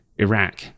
Iraq